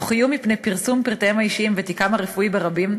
תוך איום בפרסום פרטיהם האישיים ותיקם הרפואי ברבים,